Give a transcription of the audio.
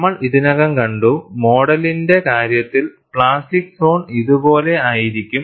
നമ്മൾ ഇതിനകം കണ്ടു മോഡിന്റെ കാര്യത്തിൽ പ്ലാസ്റ്റിക് സോൺ ഇതുപോലെ ആയിരിക്കും